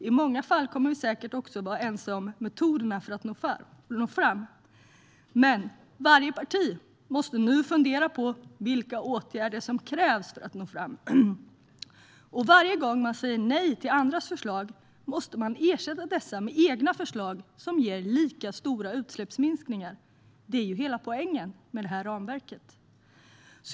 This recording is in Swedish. I många fall kommer vi säkert också att vara ense om metoderna för att nå fram, men varje parti måste nu fundera på vilka åtgärder som krävs för detta. Varje gång man säger nej till andras förslag måste man ersätta dessa med egna förslag som ger lika stora utsläppsminskningar. Det är hela poängen med detta ramverk.